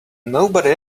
nobody